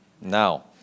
now